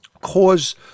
cause